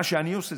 מה שאני עושה,